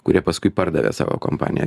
kurie paskui pardavė savo kompaniją